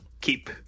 keep